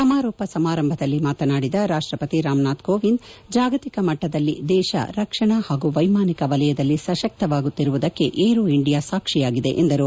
ಸಮಾರೋಪ ಸಮಾರಂಭದಲ್ಲಿ ಮಾತನಾಡಿದ ರಾಷ್ಷಪತಿ ರಾಮನಾಥ್ ಕೋವಿಂದ್ ಜಾಗತಿಕ ಮಟ್ಟದಲ್ಲಿ ದೇಶ ರಕ್ಷಣಾ ಹಾಗೂ ವೈಮಾನಿಕ ವಲಯದಲ್ಲಿ ಸಶಕ್ತವಾಗುತ್ತಿರುವುದಕ್ಕೆ ಏರೋ ಇಂಡಿಯಾ ಸಾಕ್ಷಿಯಾಗಿದೆ ಎಂದರು